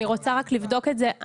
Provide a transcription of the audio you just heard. אני רוצה רק לבדוק את זה.